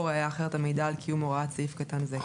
ראיה אחרת המעידה על קיום הוראת סעיף קטן זה,